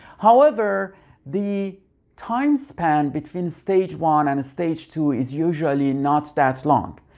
however the time span between stage one and stage two is usually and not that long.